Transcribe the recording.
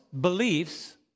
beliefs